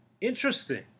Interesting